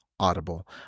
Audible